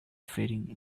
faring